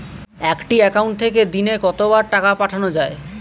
একটি একাউন্ট থেকে দিনে কতবার টাকা পাঠানো য়ায়?